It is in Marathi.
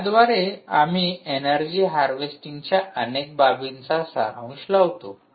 याद्वारे आम्ही ऐनर्जी हार्वेस्टिंगच्या अनेक बाबींचा सारांश लावतो